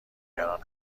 نگران